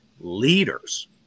leaders